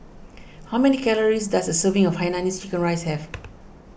how many calories does a serving of Hainanese Chicken Rice have